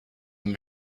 them